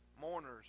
mourners